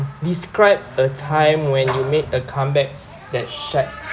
describe a time when you make a comeback that shut